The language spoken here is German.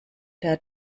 der